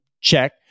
Check